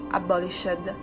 abolished